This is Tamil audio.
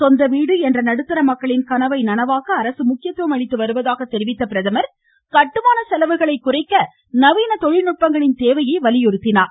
சொந்த வீடு என்ற நடுத்தர மக்களின் கனவை நனவாக்க அரசு முக்கியத்துவம் அளித்து வருவதாக தெரிவித்த பிரதமா் கட்டுமான செலவுகளை குறைக்க நவ்ன தொழில்நுட்பங்களின் தேவையை வலியுறுத்தினார்